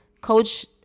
Coach